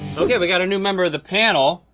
okay we got a new member of the panel.